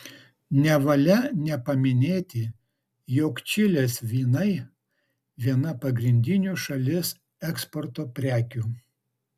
nevalia nepaminėti jog čilės vynai viena pagrindinių šalies eksporto prekių